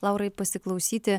laurai pasiklausyti